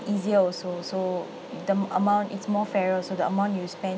easier also so the amount is more fairer so the amount you spend